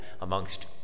amongst